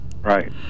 Right